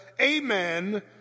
Amen